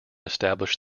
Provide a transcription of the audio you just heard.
established